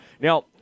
Now